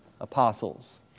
apostles